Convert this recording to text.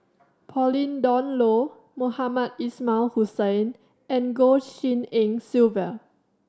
Pauline Dawn Loh Mohamed Ismail Hussain and Goh Tshin En Sylvia